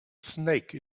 snake